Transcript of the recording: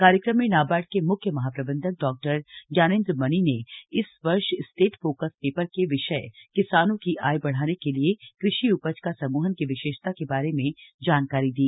कार्यक्रम में नाबार्ड के म्ख्य महाप्रबंधक डॉ ज्ञानेंद्र मणि ने इस वर्ष स्टेट फोकस पेपर के विषय किसानों की आय बढ़ाने के लिए कृषि उपज का समूहन की विशेषता के बारे में जानकारी दी